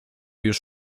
już